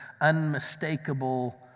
unmistakable